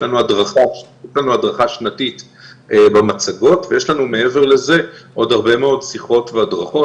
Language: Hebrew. הדרכה שנתית במצגות ויש לנו מעבר לזה עוד הרבה מאוד שיחות והדרכות,